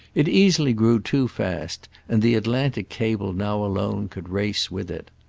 it easily grew too fast, and the atlantic cable now alone could race with it.